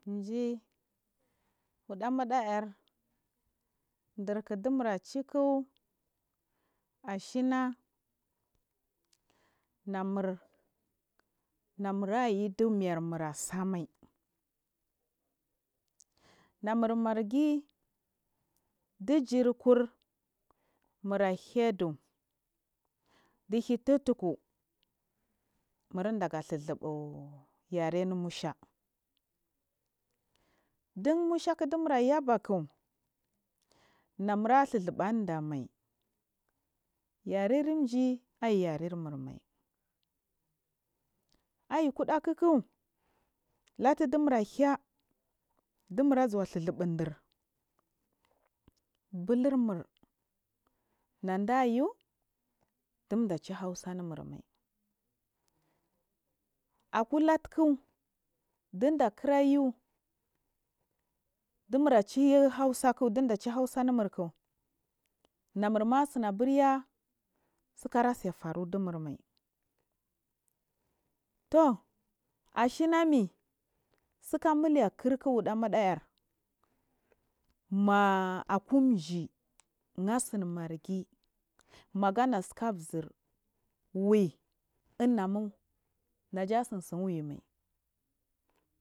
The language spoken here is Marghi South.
Jiyi wudimaɗa air dirk dumarchi a shiya namur, namurs yu dimmy rmul asamai namur margi di chijir kur mura hyacchihi tutku mur udiga chizibu yere nu nusha din mushek clumura yaba k namura thnzubu a numda mai yaren ji ai yarenur mai aiyukuda kika letudumurliya dumurs zuwa u dinda chi heusanumur mai aky latuk dindi chi hausa knumuk na ɗema oisini aburya tsu ase feru dumurmai tur ashineme tsuku mule kirk wudamadeyar me akut asinmargi magina tsika zir my imanun neja tsin sin way mai.